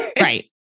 Right